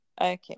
okay